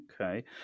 Okay